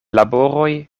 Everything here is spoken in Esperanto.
laboroj